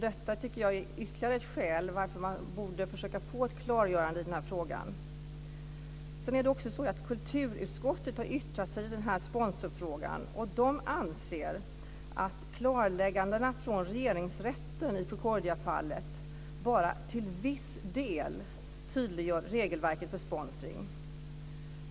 Detta tycker jag är ytterligare ett skäl till att man borde försöka få ett klargörande i den här frågan. Sedan har också kulturutskottet yttrat sig i sponsorfrågan. De anser att klargörandet från regeringsrätten i Procordiafallet bara till viss del tydliggör regelverket för sponsring.